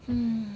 hmm